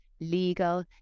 legal